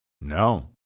No